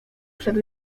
przed